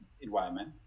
environment